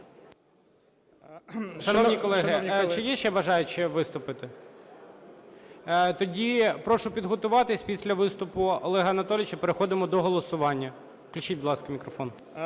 Шановні колеги, чи є ще бажаючі виступити? Тоді прошу підготуватись, після виступу Олега Анатолійовича переходимо до голосування. Включіть, будь ласка, мікрофон.